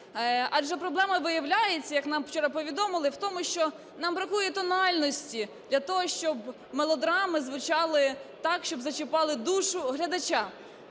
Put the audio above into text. Адже проблема виявляється, як нам вчора повідомили, в тому, що нам бракує тональності для того, щоб мелодрами звучали так, щоб зачіпали душу глядача.